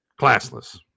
classless